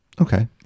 okay